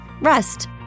rest